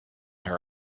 her